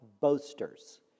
boasters